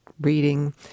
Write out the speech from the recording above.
reading